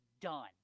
done